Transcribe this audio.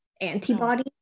antibody